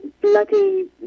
bloody